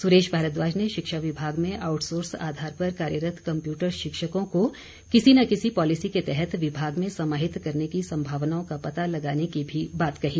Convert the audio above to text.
सुरेश भारद्वाज ने शिक्षा विभाग में आउटसोर्स आधार पर कार्यरत कंप्यूटर शिक्षकों को किसी न किसी पॉलिसी के तहत विभाग में समाहित करने की संभावनाओं का पता लगाने की भी बात कही